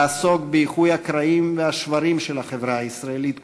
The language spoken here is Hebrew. לעסוק באיחוי הקרעים והשברים של החברה הישראלית כולה,